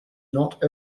not